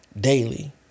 daily